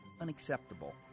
unacceptable